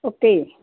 okay